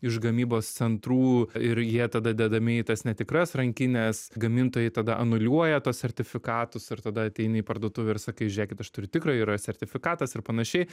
iš gamybos centrų ir jie tada dedami į tas netikras rankines gamintojai tada anuliuoja tuos sertifikatus ir tada ateini į parduotuvę ir sakai žiūrėkit aš turiu tikrą yra sertifikatas ir panašiai